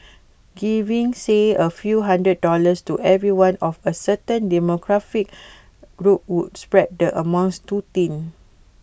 giving say A few hundred dollars to everyone of A certain demographic group would spread the amounts too thin